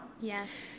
Yes